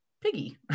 piggy